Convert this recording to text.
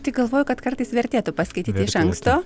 tai galvoju kad kartais vertėtų paskaityti iš anksto